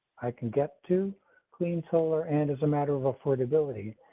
i can get to clean solar and as a matter of affordability,